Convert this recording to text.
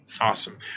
Awesome